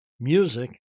music